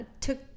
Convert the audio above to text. took